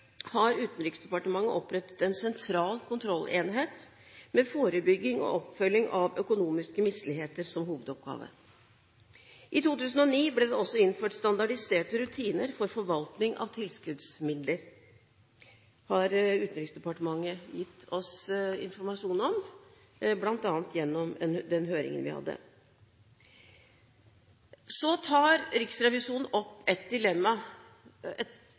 har Utenriksdepartementet opprettet en sentral kontrollenhet med forebygging og oppfølging av økonomiske misligheter som hovedoppgave. I 2009 ble det også innført standardiserte rutiner for forvaltning av tilskuddsmidler, har Utenriksdepartementet gitt oss informasjon om, bl.a. gjennom den høringen vi hadde. Så tar Riksrevisjonen opp et politisk dilemma: